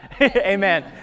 amen